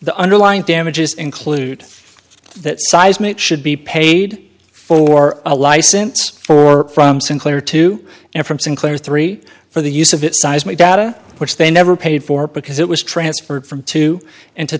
the underlying damages include that seismic should be paid for a license or from sinclair to and from sinclair three for the use of it seismic data which they never paid for because it was transferred from two